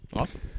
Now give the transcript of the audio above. Awesome